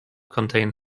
contain